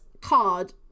card